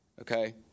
okay